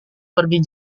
pergi